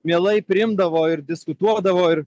mielai priimdavo ir diskutuodavo ir